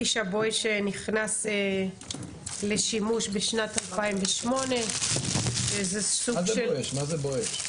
שה"בואש" נכנס לשימוש בשנת 2008 --- מה זה בואש?